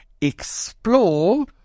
explore